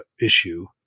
issue